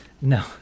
No